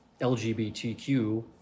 LGBTQ